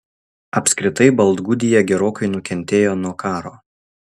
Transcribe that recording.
apskritai baltgudija gerokai nukentėjo nuo karo